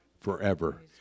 forever